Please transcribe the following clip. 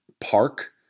park